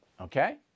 okay